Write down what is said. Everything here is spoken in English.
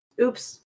Oops